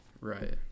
Right